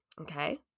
Okay